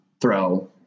throw